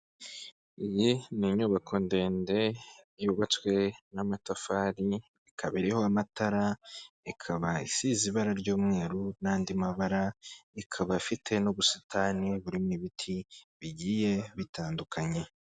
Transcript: Iyi ni inyubako ndende yubatswe n'amatafari, ikaba iriho amatara, ikaba isize ibara ry'umweru n'andi mabara, ikaba ifite n'ubusitani burimo ibiti bigiye bitandukanye.